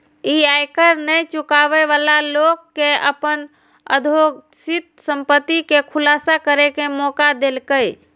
ई आयकर नै चुकाबै बला लोक कें अपन अघोषित संपत्ति के खुलासा करै के मौका देलकै